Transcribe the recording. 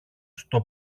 στο